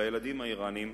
של הילדים האירנים,